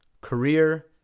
career